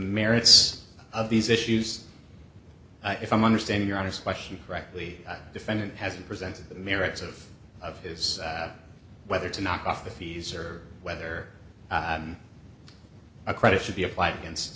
merits of these issues if i'm understanding your honest question correctly defendant hasn't presented the merits of of his whether to knock off the fees or whether a credit should be applied against